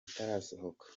itarasohoka